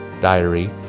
diary